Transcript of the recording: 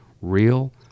real